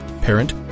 parent